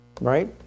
Right